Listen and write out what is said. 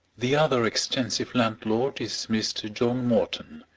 the other extensive landlord is mr. john morton,